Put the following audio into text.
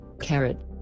Carrot